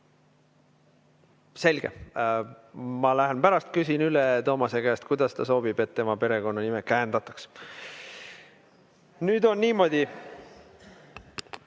Selge. Ma lähen pärast küsin üle Toomase käest, kuidas ta soovib, et tema perekonnanime käänatakse. Nüüd on niimoodi,